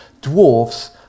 dwarfs